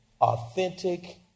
authentic